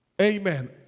Amen